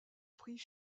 prix